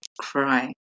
cry